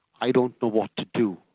I-don't-know-what-to-do